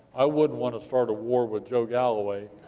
i wouldn't want to start a war with joe galloway.